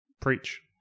Preach